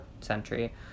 century